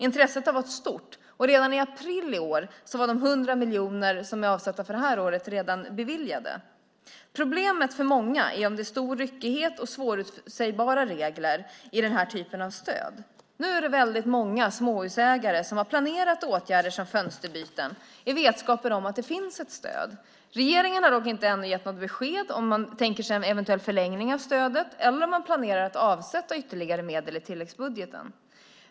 Intresset har varit stort, och redan i april i år var de 100 miljoner som avsatts för innevarande år beviljade. Problemet för många är att det är stor ryckighet och svårförutsägbara regler för den typen av stöd. Nu har många småhusägare planerat åtgärder, såsom fönsterbyte, i vetskap om att det finns ett stöd. Regeringen har dock ännu inte gett något besked om ifall man tänker sig en eventuell förlängning av stödet eller planerar att avsätta ytterligare medel i tilläggsbudgeten.